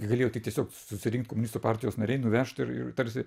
gi galėjo tai tiesiog susirinkt komunistų partijos nariai nuvežt ir tarsi